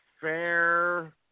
fair